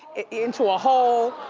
into a hole,